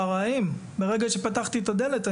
תיקחי את הטלפון של איתי,